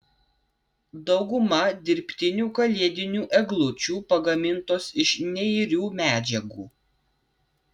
dauguma dirbtinių kalėdinių eglučių pagamintos iš neirių medžiagų